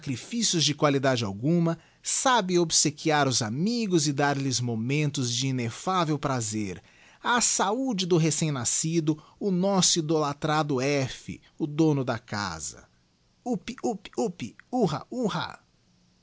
sacrifícios de qualidade alguma sabe obsequiar os amigos e darlhes momentos de ineffavel prazer a saúde do recemnascido o nosso idolatrado f o dono da casa up up